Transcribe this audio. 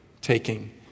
taking